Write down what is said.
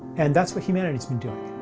and that's what humanity's been doing.